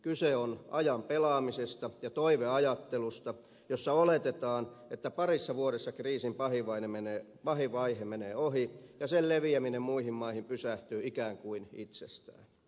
kyse on ajan pelaamisesta ja toiveajattelusta jossa oletetaan että parissa vuodessa kriisin pahin vaihe menee ohi ja sen leviäminen muihin maihin pysähtyy ikään kuin itsestään